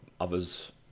others